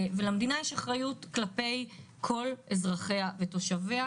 למדינה יש אחריות כלפי כל תושביה,